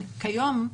כיום,